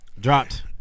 dropped